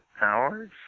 hours